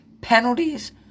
Penalties